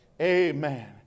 Amen